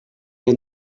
had